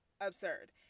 absurd